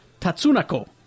Tatsunako